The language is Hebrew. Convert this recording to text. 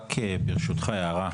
רק ברשותך הערה,